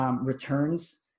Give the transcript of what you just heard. returns